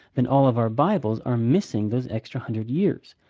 then all of our bibles are missing those extra hundred years,